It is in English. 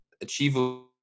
achievable